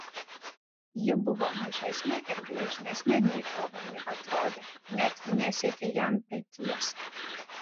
ji buvo mažesnė ir gležnesnė nei ovenui atrodė net nesiekė jam peties